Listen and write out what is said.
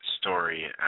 story